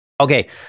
Okay